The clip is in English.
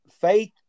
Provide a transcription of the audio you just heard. faith